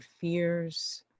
fears